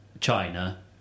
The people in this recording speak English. China